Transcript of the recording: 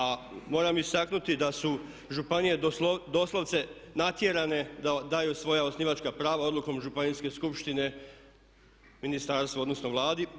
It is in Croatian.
A moram istaknuti da su županije doslovce natjerane da daju svoja osnivačka prava odlukom Županijske skupštine, ministarstvu, odnosno Vladi.